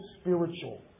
spiritual